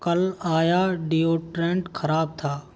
कल आया डिओड्रेंट ख़राब था